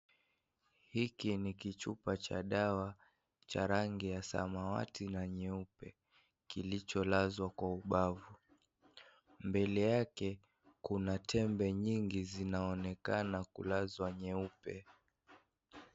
Hiki ni kichupa cha dawa cha rangi ya samawati na nyeupe kilicholazwa kwa ubavu mbele yake kuna tembe nyingi zinaoonekana kulazwa nyeupe.